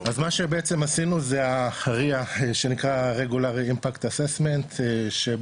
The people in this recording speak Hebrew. מה שבעצם עשינו זה מה שנקרא regular impact assessment שבעצם,